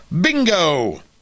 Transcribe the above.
bingo